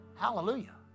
Hallelujah